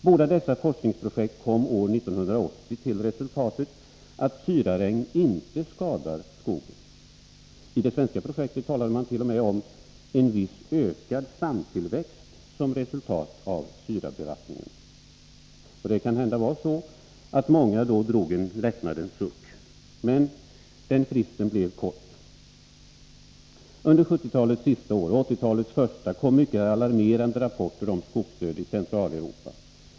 Båda dessa forskningsprojekt kom år 1980 till resultatet att syraregn inte skadar skogen. I det svenska projektet talar man t.o.m. om en viss ökad stamtillväxt som resultat av syrabevattningen. Kanhända var det då många som drog en lättnadens suck. Men den fristen blev kort. Under 1970-talets sista år och 1980-talets första kom mycket alarmerande rapporter om skogsdöd i Centraleuropa.